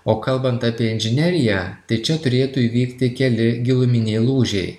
o kalbant apie inžineriją tai čia turėtų įvykti keli giluminiai lūžiai